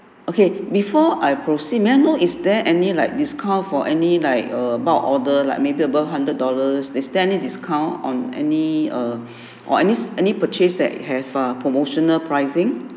okay before I proceed may I know is there any like discount for any like err bulk order like maybe above hundred dollars is there any discount on any err or any any purchase that have a promotional pricing